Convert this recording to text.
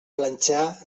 planxar